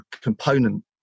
component